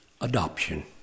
adoption